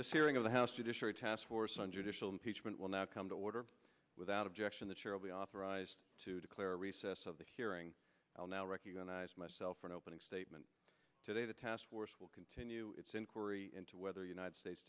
hearing of the house judiciary taskforce on judicial impeachment will now come to order without objection the chair be authorized to declare a recess of the hearing will now recognize myself for an opening statement today the task force will continue its inquiry into whether united states